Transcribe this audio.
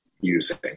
using